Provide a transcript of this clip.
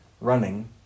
running